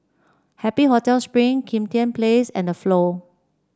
Happy Hotel Spring Kim Tian Place and The Flow